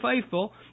faithful